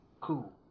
Cool